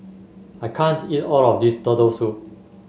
I can't eat all of this Turtle Soup